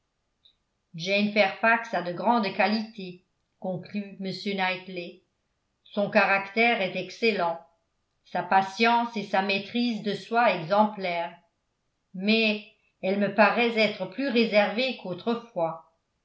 jane fairfax a de grandes qualités conclut m knightley son caractère est excellent sa patience et sa maîtrise de soi exemplaires mais elle me paraît être plus réservée qu'autrefois